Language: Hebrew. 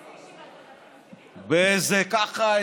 ככה,